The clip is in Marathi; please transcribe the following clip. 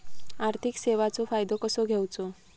आर्थिक सेवाचो फायदो कसो घेवचो?